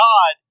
God